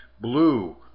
blue